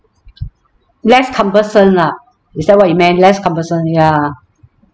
less cumbersome lah is that what you meant less cumbersome ya